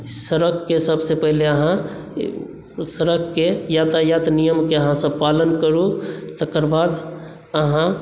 सड़कके सबसे पहिले आहाँ सड़कके यातायात नियमके आहाँ सब पालन करू तकर बाद आहाँ